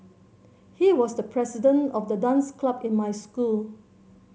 he was the president of the dance club in my school